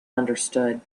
understood